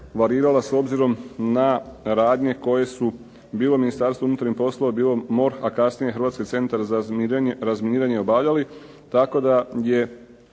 varirala s obzirom na radnje koje su bilo u Ministarstvu unutarnjih poslova, bilo MORH, a kasnije Hrvatski centar za razminiranje obavljali,